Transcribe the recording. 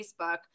Facebook